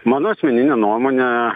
mano asmenine nuomone